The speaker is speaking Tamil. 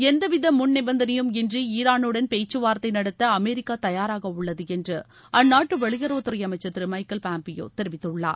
எந்தவித முன்நிபந்தனையும் இன்றி ஈரானுடன் பேச்கவார்த்தை நடத்த அமெரிக்கா தயாராக உள்ளது என்று அந்நாட்டு வெளியுறவுத்துறை அமைச்சர் திரு எமக்கேல் பாம்பியோ தெரிவித்துள்ளார்